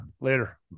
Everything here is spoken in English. later